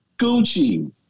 Gucci